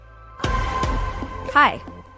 hi